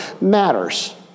matters